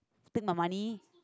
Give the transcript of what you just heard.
pick my money